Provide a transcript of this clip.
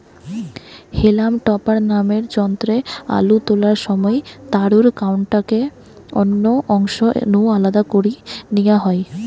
হেলাম topper নামের যন্ত্রে আলু তোলার সময় তারুর কান্ডটাকে অন্য অংশ নু আলদা করি নিয়া হয়